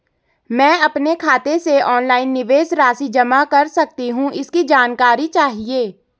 मैं अपने खाते से ऑनलाइन निवेश राशि जमा कर सकती हूँ इसकी जानकारी चाहिए?